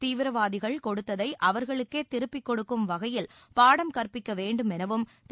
தீவிரவாதிகள் கொடுத்ததை அவர்களுக்கே திருப்பி அளிக்கும் வகையில் பாடம் கற்பிக்க வேண்டும் எனவும் திரு